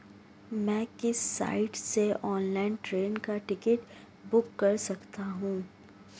मैं किस साइट से ऑनलाइन ट्रेन का टिकट बुक कर सकता हूँ?